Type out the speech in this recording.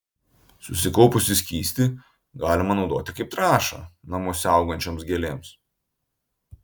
susikaupusį skystį galima naudoti kaip trąšą namuose augančioms gėlėms